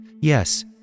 Yes